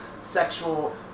sexual